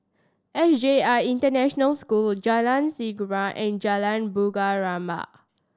S J I International School Jalan Serengam and Jalan Bunga Rampai